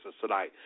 tonight